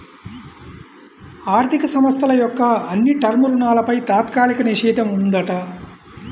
ఆర్ధిక సంస్థల యొక్క అన్ని టర్మ్ రుణాలపై తాత్కాలిక నిషేధం ఉందంట